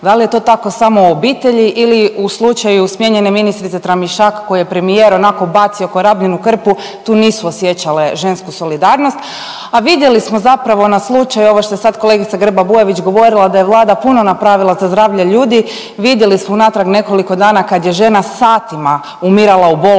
da li je to tako samo u obitelji ili u slučaju smijenjene ministrice Tramišak koju je premijer onako bacio kao rabljenu krpu. Tu nisu osjećale žensku solidarnost, a vidjeli smo zapravo na slučaju ovo što je sad kolegica Grba Bujević govorila da je Vlada puno napravila za zdravlje ljudi. Vidjeli su unatrag nekoliko dana kad je žena satima umirala u